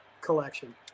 collection